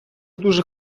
дуже